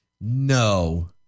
No